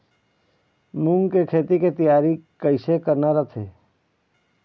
मूंग के खेती के तियारी कइसे करना रथे?